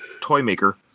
Toymaker